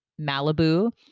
Malibu